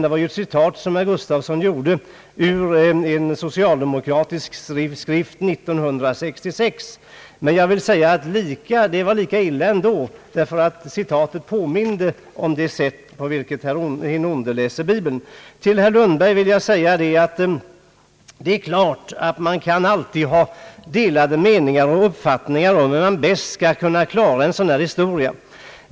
Det var ett citat som herr Gustafsson gjorde ur en socialdemokratisk skrift från år 1966. Men det var lika illa ändå, ty citatet påminde om det sätt på vilket Hin onde läser bibeln. Till herr Lundberg vill jag säga att man kan alltid ha delade meningar om hur man bäst skall kunna klara en sådan här fråga.